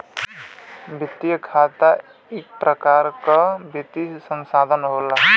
बचत खाता इक परकार के वित्तीय सनसथान होला